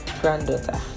granddaughter